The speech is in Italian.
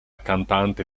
cantante